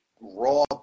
raw